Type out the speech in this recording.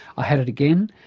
i had it again,